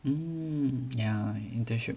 um yeah internship